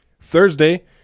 Thursday